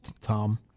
Tom